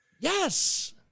Yes